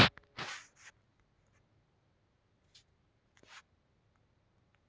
ಕೃಷಿಯೊಳಗ ಕೇಟಗಳು ಮತ್ತು ರೋಗಗಳು ಒಟ್ಟ ಪ್ರತಿ ವರ್ಷನಲವತ್ತು ಪರ್ಸೆಂಟ್ನಷ್ಟು ಇಳುವರಿಯನ್ನ ನಾಶ ಮಾಡ್ತಾವ